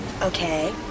Okay